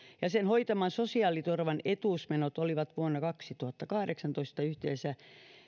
ja sen hoitaman sosiaaliturvan etuusmenot olivat vuonna kaksituhattakahdeksantoista yhteensä